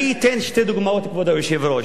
אני אתן שתי דוגמאות, כבוד היושב-ראש.